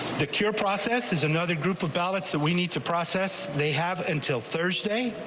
the cure process is another group of ballots that we need to process they have until thursday.